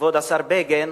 כבוד השר בגין,